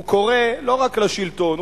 הוא קורא לא רק לשלטון.